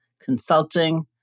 consulting